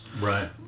Right